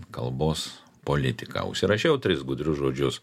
kalbos politika užsirašiau tris gudrius žodžius